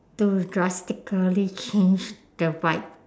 to drastically change the vibe